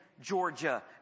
Georgia